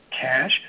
cash